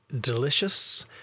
delicious